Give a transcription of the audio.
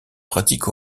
pratiques